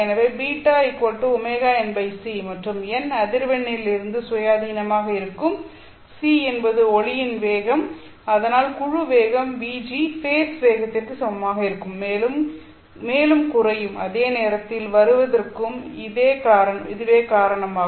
எனவே β ωnc மற்றும் n அதிர்வெண்ணிலிருந்து சுயாதீனமாக இருக்கும் c என்பது ஒளியின் வேகம் அதனால் குழு வேகம் vg ஃபேஸ் வேகத்திற்கு சமமாக இருக்கும் மேலும் குறையும் அதே நேரத்தில் வருவதற்கும் இதுவே காரணம்